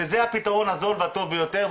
וזה הפתרון הזול והטוב ביותר,